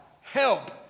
help